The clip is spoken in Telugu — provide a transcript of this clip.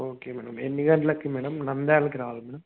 ఓకే మేడం ఎన్ని గంట్లకి మేడం నంద్యాలకి రావాలా మేడం